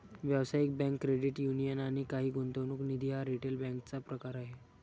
व्यावसायिक bank, credit union आणि काही गुंतवणूक निधी हा रिटेल बँकेचा प्रकार आहे